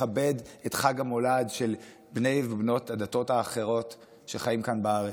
לכבד את חג המולד של בני ובנות הדתות האחרות שחיים כאן בארץ?